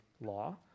law